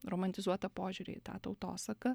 romantizuotą požiūrį į tą tautosaką